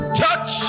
touch